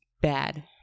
bad